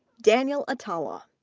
daniel atallah,